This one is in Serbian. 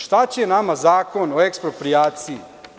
Šta će nama Zakon o eksproprijaciji?